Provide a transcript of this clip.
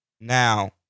Now